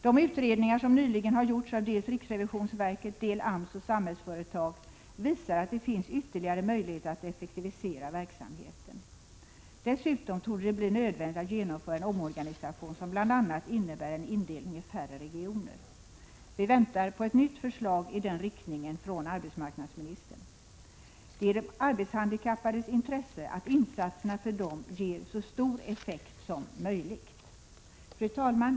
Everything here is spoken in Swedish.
De utredningar som nyligen har gjorts av dels riksrevisionsverket, dels AMS och Samhällsföretag visar att det finns ytterligare möjligheter att effektivisera verksamheten. Dessutom torde det bli nödvändigt att genomföra en omorganisation som bl.a. innebär en indelning i färre regioner. Vi väntar på ett nytt förslag i den riktningen från arbetsmarknadsministern. Det ligger i de arbetshandikappades intresse att insatserna för dem ger så stor effekt som möjligt. Fru talman!